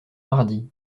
mardi